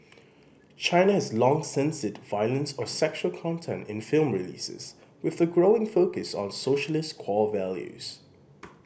China has long censored violence or sexual content in film releases with a growing focus on socialist core values